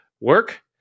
work